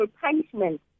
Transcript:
punishment